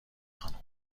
خانم